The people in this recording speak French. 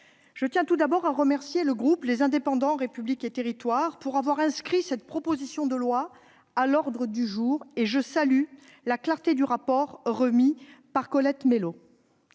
je tiens à remercier le groupe Les Indépendants - République et Territoires d'avoir inscrit cette proposition de loi à l'ordre du jour de nos travaux et je salue la clarté du rapport remis par Colette Mélot.